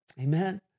Amen